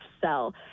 sell